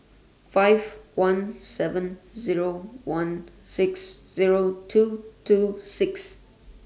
five one seven Zero one six Zero two two six